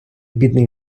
бідний